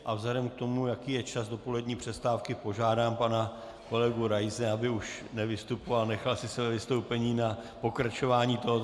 A vzhledem k tomu, jaký je čas do polední přestávky, požádám pana kolegu Raise, aby už nevystupoval a nechal si své vystoupení na pokračování jednání.